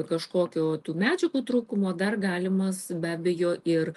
kažkokio tų medžiagų trūkumo dar galimas be abejo ir